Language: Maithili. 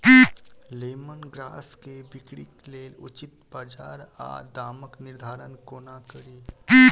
लेमन ग्रास केँ बिक्रीक लेल उचित बजार आ दामक निर्धारण कोना कड़ी?